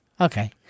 Okay